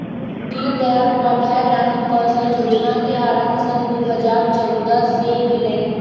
दीनदयाल उपाध्याय ग्रामीण कौशल जोजना के आरम्भ सन दू हज़ार चउदअ से भेलइ